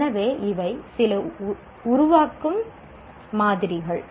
எனவே இவை சில உருவாக்கும் மாதிரிகள்